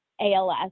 ALS